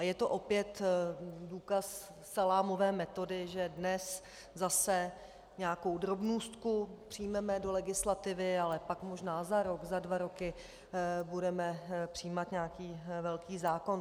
Je to opět důkaz salámové metody, že dnes zase nějakou drobnůstku přijmeme do legislativy, ale pak možná za rok za dva roky budeme přijímat nějaký velký zákon.